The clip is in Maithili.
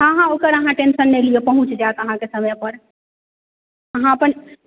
हँ हँ अहाँ ओकर टेन्शन नहि लिअ पहुँच जाएत अहाँके समयपर अहाँ अपन